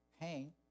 pain